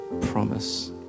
promise